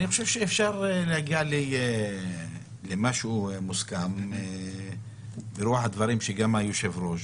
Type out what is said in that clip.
אני חושב שאפשר להגיע למשהו מוסכם ברוח הדברים שגם היושב ראש,